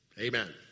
Amen